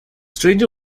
stranger